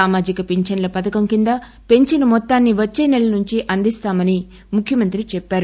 సామాజిక పించన్ల పథకం కింద పెంచిన మొత్తాన్ని వచ్చే నెల నుంచి అందిస్తామని ముఖ్యమంత్రి చెప్పారు